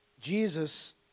Jesus